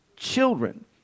Children